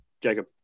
Jacob